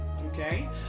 okay